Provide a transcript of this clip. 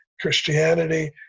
Christianity